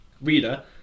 reader